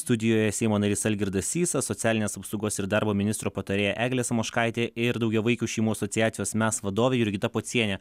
studijoje seimo narys algirdas sysas socialinės apsaugos ir darbo ministro patarėja eglė samoškaitė ir daugiavaikių šeimų asociacijos mes vadovė jurgita pocienė